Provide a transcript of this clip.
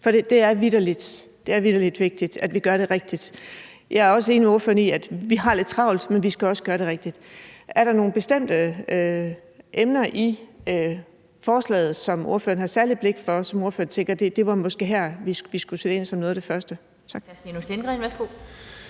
For det er vitterlig vigtigt, at vi gør det rigtigt. Jeg er også enig med ordføreren i, at vi har lidt travlt, men vi skal også gøre det rigtigt. Er der nogle bestemte emner i forslaget, som ordføreren har et særligt blik for, og som ordføreren tænker måske var der, hvor vi skulle sætte ind som noget af det første? Tak.